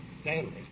Stanley